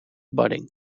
budding